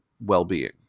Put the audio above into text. well-being